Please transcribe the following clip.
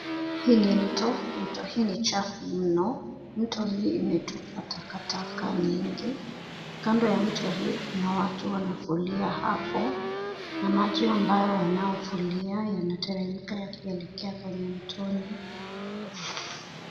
Hii ni mto. Mto ni chafu mno. Mto hii imetupwa takataka nyingi. Kando ya mto hii kuna watu wanafulia hapo na maji ambayo wanaofulia yanateremka yakielekea kwenye mtoni.